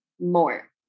more